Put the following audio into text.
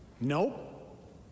Nope